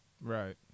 Right